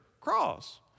cross